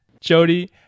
Jody